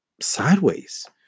sideways